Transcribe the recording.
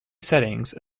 settings